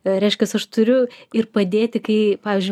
reiškias aš turiu ir padėti kai pavyzdžiui